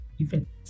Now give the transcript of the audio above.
events